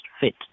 fit